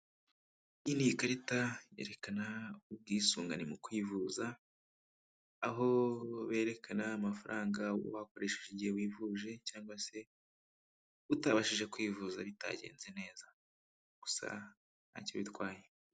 Iyi ni ikarita yerekana ubwisungane mu kwivuza aho berekana amafaranga wakoresheje igihe wivuje cyangwa se utabashije kwivuza bitagenze neza, gusa ntacyo bitwaye.